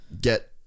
get